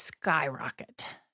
Skyrocket